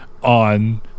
on